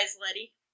Letty